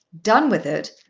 done with it!